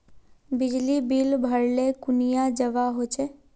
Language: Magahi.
बिजली बिल भरले कुनियाँ जवा होचे?